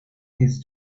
his